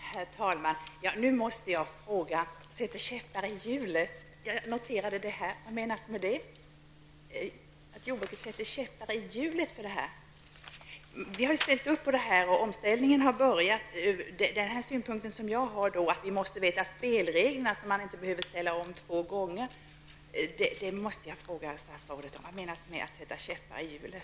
Herr talman! Jag måste fråga vad statsrådet menade med att jordbruket sätter käppar i hjulet. Vi har ställt oss bakom den nya jordbrukspolitiken och omställningen har börjat. Min uppfattning är att vi måste få veta spelreglerna, så att man inte behöver genomföra två omställningar. Vad menas med att jordbruket sätter käppar i hulet?